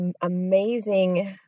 amazing